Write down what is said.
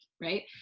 right